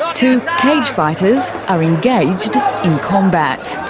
so two cage fighters are engaged in combat.